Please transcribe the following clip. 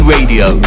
Radio